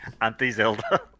anti-Zelda